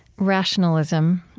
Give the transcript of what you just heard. rationalism,